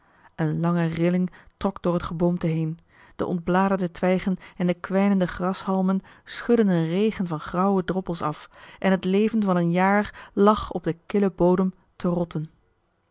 een lange rilling trok door het geboomte heen de ontbladerde twijgen en de kwijnende grashalmen schudden een regen van grauwe droppels af en het leven van een jaar lag op den killen bodem te rotten